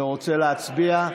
ורוצה להצביע?